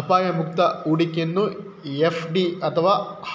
ಅಪಾಯ ಮುಕ್ತ ಹೂಡಿಕೆಯನ್ನು ಎಫ್.ಡಿ ಅಥವಾ